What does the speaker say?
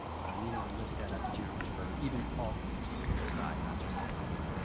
but i needed to list that as a challenge for even all groups aside not just technical.